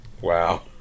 Wow